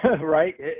right